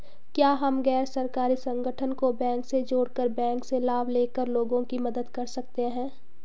क्या हम गैर सरकारी संगठन को बैंक से जोड़ कर बैंक से लाभ ले कर लोगों की मदद कर सकते हैं?